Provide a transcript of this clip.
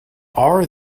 are